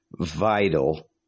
vital